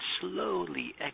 slowly